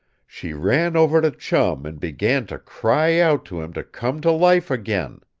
she ran over to chum and began to cry out to him to come to life again.